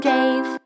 Dave